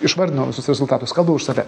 išvardinau visus rezultatus kalbu už save